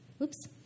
Oops